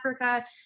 Africa